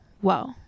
whoa